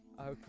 okay